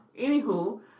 Anywho